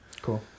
cool